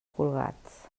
colgats